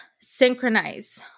synchronize